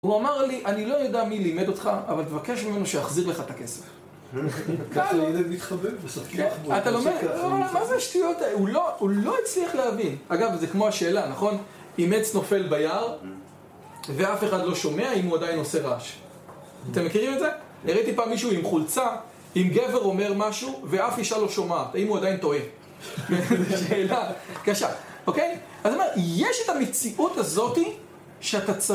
הוא אמר לי, אני לא יודע מי לימד אותך, אבל תבקש ממנו שיחזיר לך תכסף. ככה הילד מתחבא, משחקים מחבואים. אתה לומד, מה זה השטויות האלה? הוא לא הצליח להבין. אגב, זה כמו השאלה, נכון? אם עץ נופל ביער ואף אחד לא שומע, אם הוא עדיין עושה רעש? אתם מכירים את זה? הראיתי פעם מישהו עם חולצה, עם גבר אומר משהו, ואף אישה לא שומעת, אם הוא עדיין טועה. שאלה קשה, אוקיי? זאת אומרת, יש את המציאות הזאת שאתה צריך.